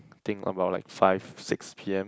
think about like five six p_m